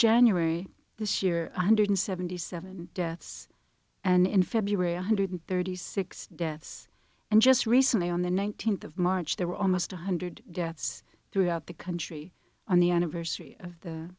january this year one hundred seventy seven deaths and in february one hundred thirty six deaths and just recently on the nineteenth of march there were almost one hundred deaths throughout the country on the anniversary of the